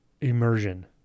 immersion